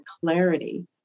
clarity